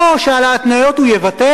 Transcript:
או שעל ההתניות הוא יוותר,